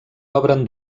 obren